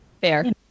Fair